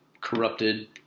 corrupted